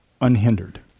unhindered